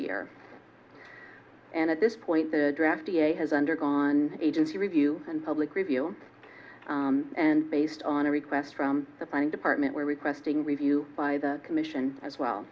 year and at this point the draft da has undergone agency review and public review and based on a request from the planning department we're requesting review by the commission as well